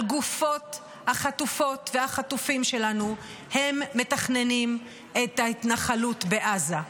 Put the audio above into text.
על גופות החטופות והחטופים שלנו הם מתכננים את ההתנחלות בעזה.